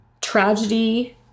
tragedy